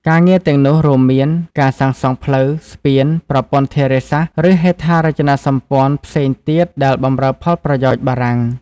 ការងារទាំងនោះរួមមានការសាងសង់ផ្លូវ ស្ពាន ប្រព័ន្ធធារាសាស្ត្រ ឬហេដ្ឋារចនាសម្ព័ន្ធផ្សេងទៀតដែលបម្រើផលប្រយោជន៍បារាំង។